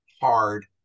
hard